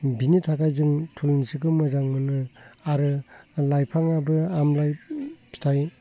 बिनि थाखाय जों थुलुंसिखौ मोजां मोनो आरो लाइफाङाबो आमलाइ फिथाइ